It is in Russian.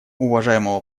уважаемого